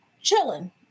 chilling